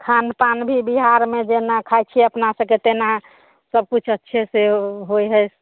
खानपान भी बिहारमे जेना खाइ छिए अपनासबके तेना सबकिछु अच्छेसँ होइ हइ